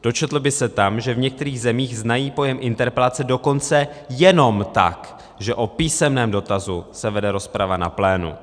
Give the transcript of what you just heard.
Dočetl by se tam, že v některých zemích znají pojem interpelace dokonce jenom tak, že o písemném dotazu se vede rozprava na plénu.